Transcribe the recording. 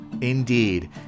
Indeed